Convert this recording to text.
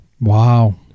wow